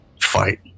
fight